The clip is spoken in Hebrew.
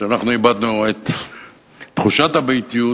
שאנחנו איבדנו את תחושת הביתיות,